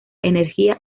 energía